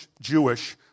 Jewish